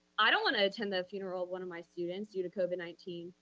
i don't wanna attend the funeral one of my students due to covid nineteen.